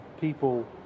people